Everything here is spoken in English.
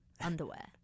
underwear